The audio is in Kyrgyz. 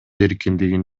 эркиндигин